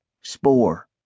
spore